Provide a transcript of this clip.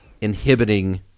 inhibiting